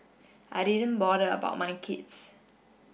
I didn't bother about my kids